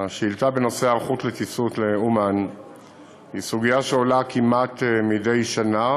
השאילתה בנושא היערכות לטיסות לאומן היא סוגיה שעולה כמעט מדי שנה,